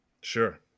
Sure